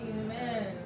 Amen